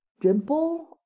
dimple